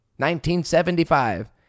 1975